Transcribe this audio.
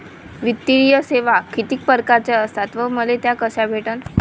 वित्तीय सेवा कितीक परकारच्या असतात व मले त्या कशा भेटन?